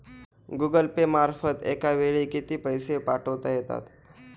Google Pay मार्फत एका वेळी किती पैसे पाठवता येतात?